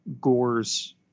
Gore's